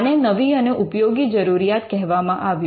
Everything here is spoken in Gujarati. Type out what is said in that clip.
આને નવી અને ઉપયોગી જરૂરિયાત કહેવામાં આવ્યું